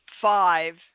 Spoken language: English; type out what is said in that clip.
five